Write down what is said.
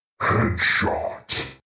Headshot